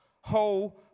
whole